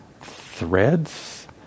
threads